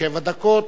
שבע דקות.